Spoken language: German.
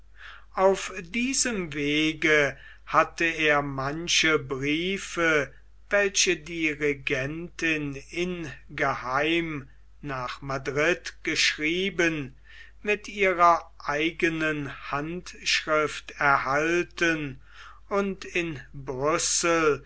auf diesem wege hatte er manche briefe welche die regentin ingeheim nach madrid geschrieben mit ihrer eigenen handschrift erhalten und in brüssel